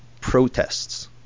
protests